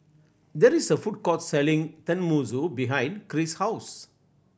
there is a food court selling Tenmusu behind Cris' house